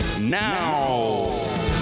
now